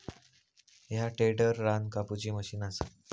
ह्या टेडर रान कापुची मशीन असा